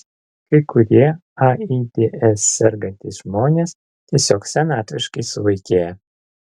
kai kurie aids sergantys žmonės tiesiog senatviškai suvaikėja